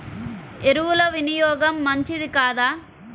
ఎరువుల వినియోగం మంచిదా కాదా?